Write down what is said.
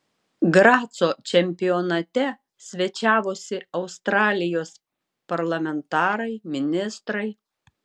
graco čempionate svečiavosi australijos parlamentarai ministrai